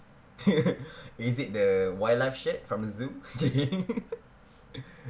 is it the wildlife shirt from Zouk